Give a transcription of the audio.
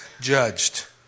judged